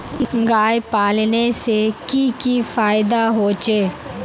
गाय पालने से की की फायदा होचे?